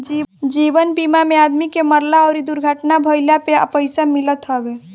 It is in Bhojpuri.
जीवन बीमा में आदमी के मरला अउरी दुर्घटना भईला पे पईसा मिलत हवे